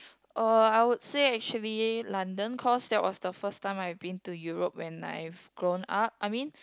uh I would say actually London cause that was the first time I've been to Europe when I've grown up I mean